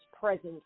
presence